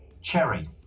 Cherry